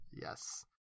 Yes